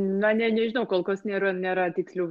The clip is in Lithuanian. na ne nežinau kol kas nėra nėra tikslių